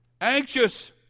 Anxious